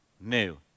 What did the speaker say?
new